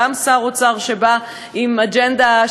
גם שר אוצר שבא עם אג'נדה,